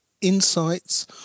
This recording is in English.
insights